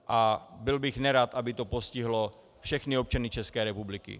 A byl bych nerad, aby to postihlo všechny občany České republiky.